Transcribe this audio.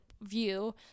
view